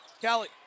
Kelly